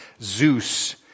Zeus